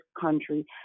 country